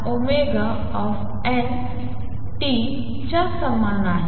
च्या समान आहे